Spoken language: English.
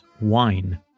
wine